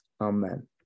Amen